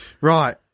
Right